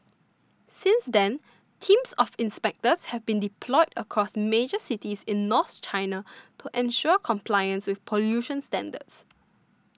since then teams of inspectors have been deployed across major cities in north China to ensure compliance with pollution standards